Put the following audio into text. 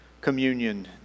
Communion